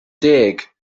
deg